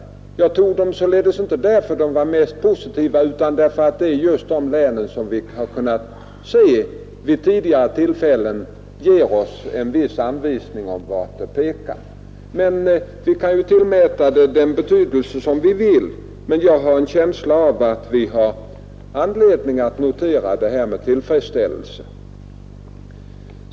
Att jag nämnde dem berodde således inte på att de för mig var mest positiva att ta fram i denna debatt utan på att de vid tidigare tillfällen kunnat ge oss en viss anvisning om varåt utvecklingen pekar. Man kan ju tillmäta det den betydelse som man vill, men jag har en känsla av att vi har anledning att notera uppgifterna med tillfredsställelse.